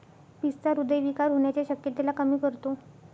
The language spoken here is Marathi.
पिस्ता हृदय विकार होण्याच्या शक्यतेला कमी करतो